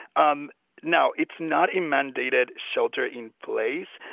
um now, it's not a mandated shelter-in-place.